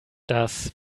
das